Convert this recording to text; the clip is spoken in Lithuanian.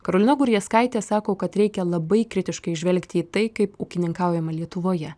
karolina gurjaskaitė sako kad reikia labai kritiškai žvelgti į tai kaip ūkininkaujama lietuvoje